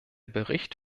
bericht